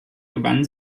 gewann